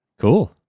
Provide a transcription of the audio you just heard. Cool